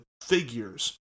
figures